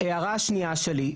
ההערה השנייה שלי,